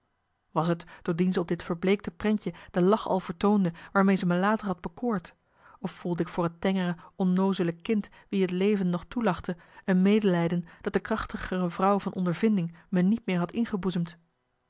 was t doordien ze op dit verbleekte prentje de lach al vertoonde waarmee ze me later had bekoord of voelde ik voor het tengere onnoozele kind wie het leven nog toelachte een medelijden dat de krachtigere vrouw van ondervinding me niet meer had